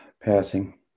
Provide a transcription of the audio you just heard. passing